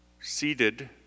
seated